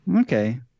Okay